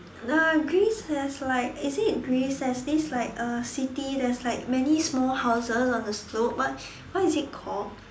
the Greece has like is it Greece has this like uh city that's like many small houses on the slope what what is it called